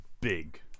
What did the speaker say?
big